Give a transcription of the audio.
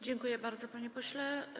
Dziękuję bardzo, panie pośle.